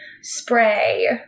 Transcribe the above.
spray